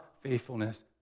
faithfulness